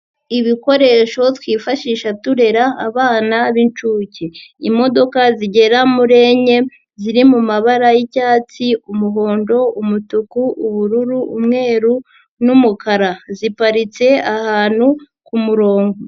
Ibikoresho twifashisha turera abana b'inshuke, imodoka zigera muri enye ziri mu mabara yi'cyatsi, umuhondo, umutuku, ubururu, umweru n'umukara ziparitse ahantu ku murongo.